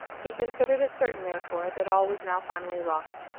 he considered it certain, therefore, that all was now finally lost.